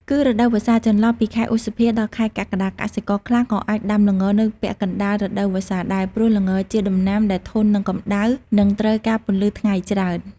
គឺរដូវវស្សា ចន្លោះពីខែឧសភា ដល់ខែកក្កដា កសិករខ្លះក៏អាចដាំល្ងនៅពាក់កណ្ដាលរដូវវស្សាដែរ ព្រោះល្ងជាដំណាំដែលធន់នឹងកម្ដៅ និងត្រូវការពន្លឺថ្ងៃច្រើន។